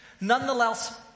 nonetheless